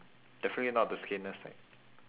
definitely not the skinless type